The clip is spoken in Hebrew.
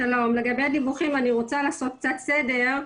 אני רוצה לעשות קצת סדר.